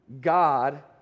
God